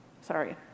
sorry